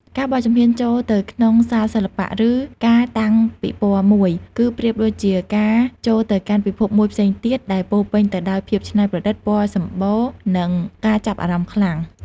ការបោះជំហានចូលទៅក្នុងសាលសិល្បៈ ឬការតាំងពិពណ៌មួយ គឺប្រៀបដូចជាការចូលទៅកាន់ពិភពមួយផ្សេងទៀត ដែលពោរពេញទៅដោយភាពច្នៃប្រឌិត ពណ៌សម្បូរណ៍ និងការចាប់អារម្មណ៍ខ្លាំង។